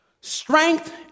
strength